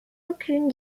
aucune